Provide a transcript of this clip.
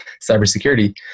cybersecurity